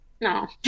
No